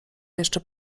jeszcze